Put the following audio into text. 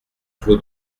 clos